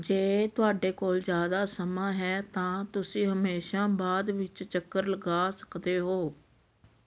ਜੇ ਤੁਹਾਡੇ ਕੋਲ ਜ਼ਿਆਦਾ ਸਮਾਂ ਹੈ ਤਾਂ ਤੁਸੀਂ ਹਮੇਸ਼ਾ ਬਾਅਦ ਵਿੱਚ ਚੱਕਰ ਲਗਾ ਸਕਦੇ ਹੋ